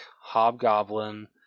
Hobgoblin